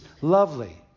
lovely